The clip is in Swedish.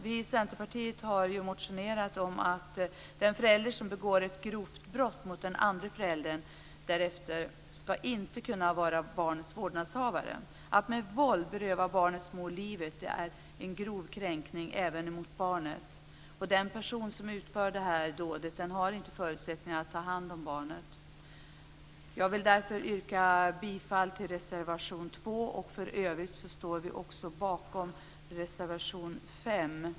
Vi i Centerpartiet har motionerat om att den förälder som begår ett grovt brott mot den andre föräldern inte ska kunna vara barnets vårdnadshavare. Att med våld beröva barnets mor livet är en grov kränkning även mot barnet. Den person som utför dådet har inte förutsättningar att ta hand om barnet. Jag vill därför yrka bifall till reservation 2. I övrigt står vi bakom reservation 5.